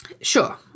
sure